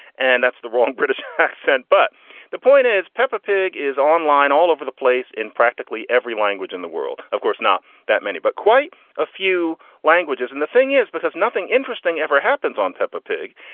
and that's the wrong. british accent but the point is, peppa pig is online all over the place in practically every language in the world. of course, not that many, but quite a few languages. and the thing is, because nothing interesting ever happens on peppa pig.